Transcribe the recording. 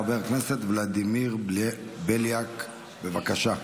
חבר הכנסת ולדימיר בליאק, בבקשה.